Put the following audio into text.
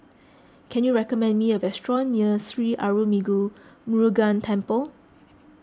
can you recommend me a restaurant near Sri Arulmigu Murugan Temple